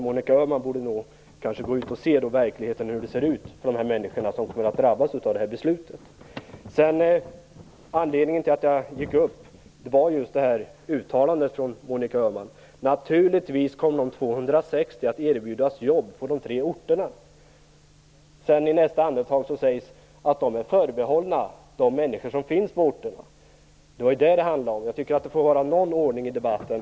Monica Öhman borde kanske gå ut och se hur verkligheten ser ut för de människor som kommer att drabbas av beslutet. Anledningen till att jag gick upp i talarstolen var Monica Öhmans uttalande om att de 260 naturligtvis kommer att erbjudas jobb på de tre orterna. I nästa andetag sade hon att jobben är förbehållna de människor som finns på orterna. Det var detta det handlade om. Jag tycker att det får vara någon ordning i debatten.